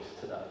today